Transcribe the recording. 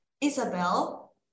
Isabel